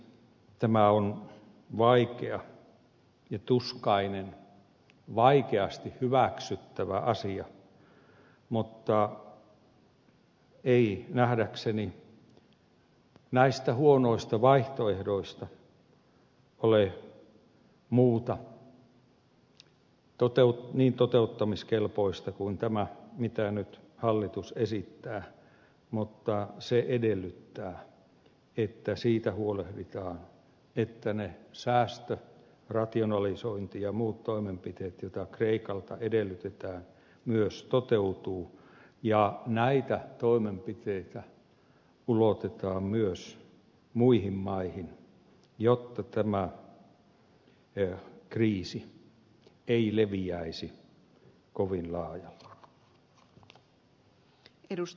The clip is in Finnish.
tämä on vaikea ja tuskainen vaikeasti hyväksyttävä asia mutta ei nähdäkseni näistä huonoista vaihtoehdoista ole muuta niin toteuttamiskelpoista kuin tämä mitä nyt hallitus esittää mutta se edellyttää että huolehditaan siitä että ne säästö rationalisointi ja muut toimenpiteet joita kreikalta edellytetään myös toteutuvat ja näitä toimenpiteitä ulotetaan myös muihin maihin jotta tämä kriisi ei leviäisi kovin laajalle